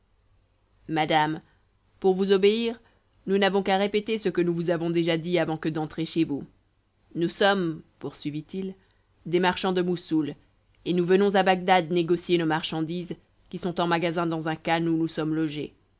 madame pour vous obéir nous n'avons qu'à répéter ce que nous vous avons déjà dit avant que d'entrer chez vous nous sommes poursuivit-il des marchands de moussoul et nous venons à bagdad négocier nos marchandises qui sont en magasin dans un khan où nous sommes logés